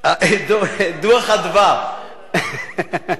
דוח "אדוה".